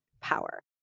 power